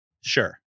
Sure